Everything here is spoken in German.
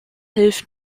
hilft